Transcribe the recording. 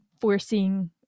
forcing